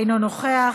אינו נוכח,